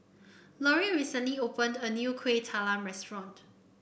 Lorri recently opened a new Kuih Talam restaurant